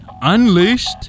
unleashed